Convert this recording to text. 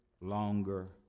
longer